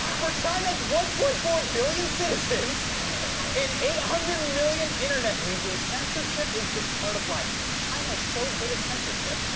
for china's one point four billion citizens and eight hundred and million internet users, censorship is just part of life. china is so good at censorship,